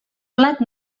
plat